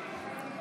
יעקב ליצמן, אינו